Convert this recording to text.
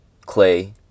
Clay